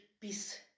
peace